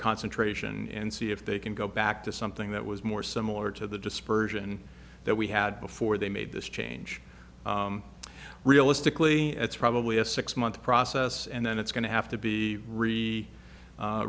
concentration and see if they can go back to something that was more similar to the dispersion that we had before they made this change realistically it's probably a six month process and then it's going to have to be